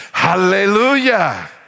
Hallelujah